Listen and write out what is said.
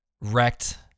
wrecked